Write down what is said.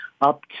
up